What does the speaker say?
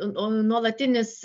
o nuolatinis